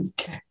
Okay